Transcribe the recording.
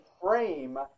frame